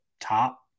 top